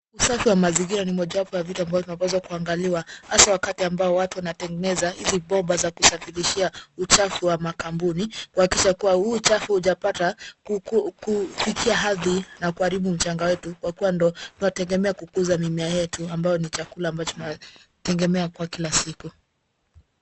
Usafi wa mazingira ni moja wapo ya vitu ambayo tunapaswa kuangalia, hasa wakati ambao watu wanatengeneza hizi bomba za kusafirishia uchafu wa makampuni kuhakikisha kuwa huu uchafu hujapata kufikia ardhi na kuharibu mchanga wetu kwa kuwa ndiyo tunategemea kukuza mimea yetu ambayo ni chakula tunategemea kila siku.